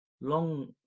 long